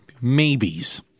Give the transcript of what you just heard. maybes